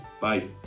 bye